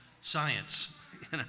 science